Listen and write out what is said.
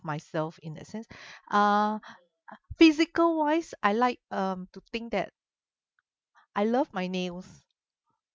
myself in that sense uh physical wise I like um to think that I love my nails